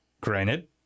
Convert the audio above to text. granted